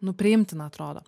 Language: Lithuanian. nu priimtina atrodo